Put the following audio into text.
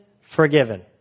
forgiven